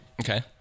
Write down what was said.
Okay